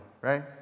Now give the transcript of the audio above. right